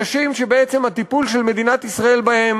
אנשים שבעצם הטיפול של מדינת ישראל בהם